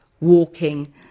walking